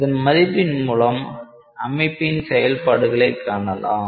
அதன் மதிப்பின் மூலம் அமைப்பின் செயல்பாடுகளை காணலாம்